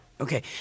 Okay